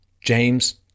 james